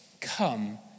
come